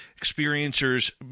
experiencers